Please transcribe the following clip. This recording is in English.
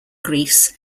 greece